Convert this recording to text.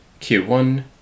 Q1